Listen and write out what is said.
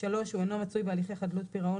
(3)הוא אינו מצוי בהליכי חדלות פירעון